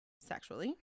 sexually